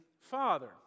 Father